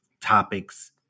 topics